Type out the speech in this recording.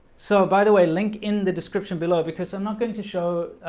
so by the way link in the description below because i'm not going to show